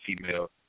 female